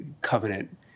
covenant